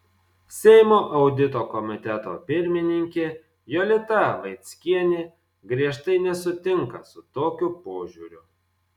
seimo audito komiteto pirmininkė jolita vaickienė griežtai nesutinka su tokiu požiūriu